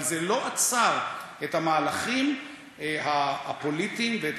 אבל זה לא עצר את המהלכים הפוליטיים ואת